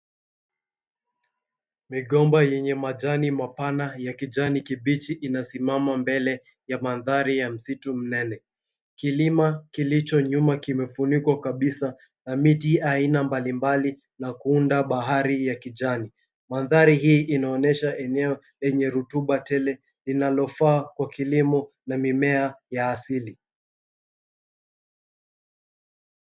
Migomba yenye majani mapana ya kijani kibichi inasimama mbele ya mandhari ya msitu mnene. Kilima kilicho nyuma kimefunikwa kabisa na miti aina mbalimbali na kuunda bahari ya kijani. Mandhari hii inaonesha eneo lenye rutuba tele linalofaa kwa kilimo na mimea ya asili.